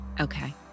Okay